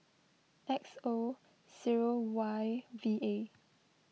X O zero Y V A